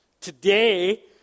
Today